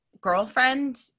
girlfriend